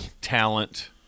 talent